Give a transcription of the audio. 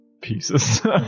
Pieces